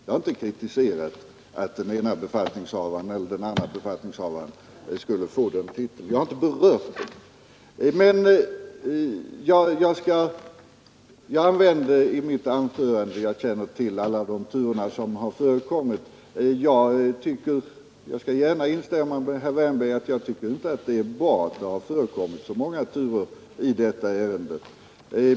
Jag har inte kritiserat det förhållandet att den ene eller andre befattningshavaren skulle få den titeln. Jag känner till alla de turer som förekommit, och jag skall gärna instämma med herr Wärnberg: Jag tycker inte det är bra att det förekommit så många turer i detta ärende.